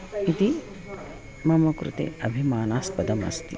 इति मम कृते अभिमानास्पदमस्ति